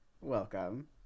Welcome